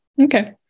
Okay